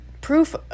proof